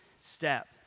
step